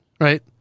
Right